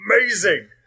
Amazing